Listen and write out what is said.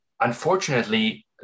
Unfortunately